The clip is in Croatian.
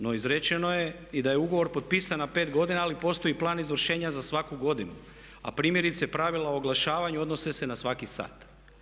No izrečeno je i da je ugovor potpisan na 5 godina ali postoji plan izvršenja za svaku godinu, a primjerice pravila o oglašavanju odnose se na svaki sat.